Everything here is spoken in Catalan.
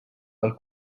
els